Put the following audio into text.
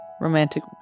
Romantic